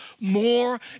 more